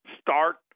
start